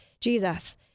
Jesus